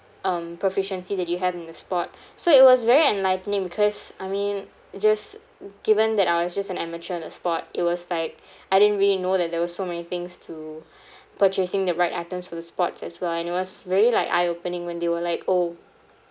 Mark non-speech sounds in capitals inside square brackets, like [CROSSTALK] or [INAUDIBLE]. um proficiency that you have in the sport so it was very enlightening because I mean just given that I was just an amateur in the sport it was like I didn't really know that there were so many things to [BREATH] purchasing the right items for the sports as well and it was very like eye opening when they were like oh